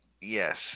Yes